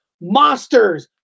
monsters